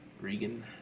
Regan